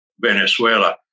Venezuela